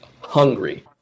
hungry